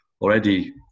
already